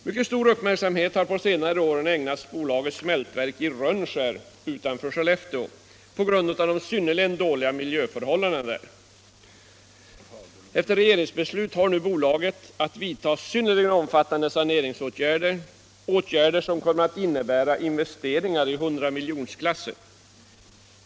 Mycket stor uppmärksamhet har på det senaste året ägnats bolagets smältverk i Rönnskär utanför Skellefteå på grund av de synnerligen dåliga miljöförhållandena där. Efter regeringsbeslut har nu bolaget att vidta synnerligen omfattande saneringsåtgärder, som kommer att innebära investeringar i hundramiljonersklassen.